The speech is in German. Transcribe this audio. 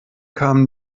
kamen